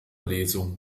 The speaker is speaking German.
lesung